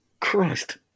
Christ